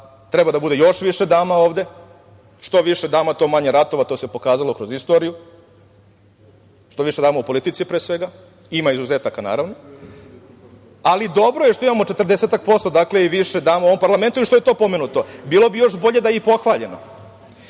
treba da bude još više dama ovde. Što više dama to manje ratova. To se pokazalo kroz istoriju. Što više dama u politici, pre svega, ima izuzetaka naravno. Dobro je što imamo četrdesetak posto i više dama u ovom parlamentu i što je to pomenuto. Bilo bi još bolje da je i pohvaljeno. Činjenica